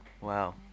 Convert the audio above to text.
Wow